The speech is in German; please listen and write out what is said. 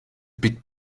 big